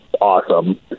awesome